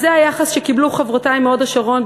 אז זה היחס שקיבלו חברותי מהוד-השרון,